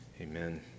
Amen